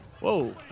Whoa